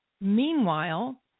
Meanwhile